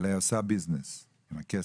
אלא היא עושה ביזנס עם הכסף,